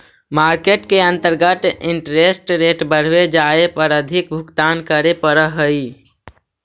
market के अंतर्गत interest rate बढ़वे जाए पर अधिक भुगतान करे पड़ऽ हई